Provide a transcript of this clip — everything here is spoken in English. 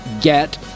get